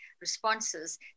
responses